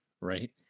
right